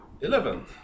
eleven